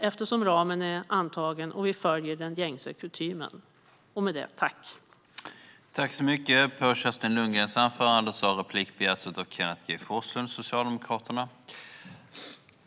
Eftersom ramen är antagen och vi följer den gängse kutymen har vi bara ett särskilt yttrande.